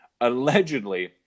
allegedly